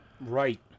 right